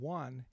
one